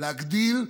להגדיל,